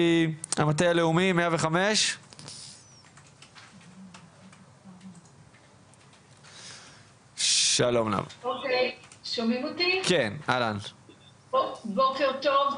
מהמטה הלאומי 105. בוקר טוב,